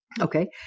Okay